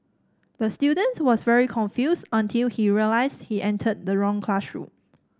the student was very confused until he realised he entered the wrong classroom